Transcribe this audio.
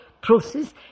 process